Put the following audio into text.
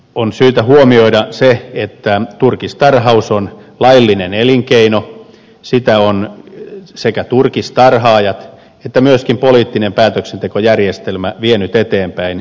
on syytä huomioida se että turkistarhaus on laillinen elinkeino ja sitä ovat sekä turkistarhaajat että myöskin poliittinen päätöksentekojärjestelmä vieneet eteenpäin ja kehittäneet